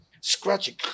scratching